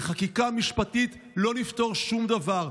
בחקיקה משפטית לא נפתור שום דבר.